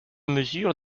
mesure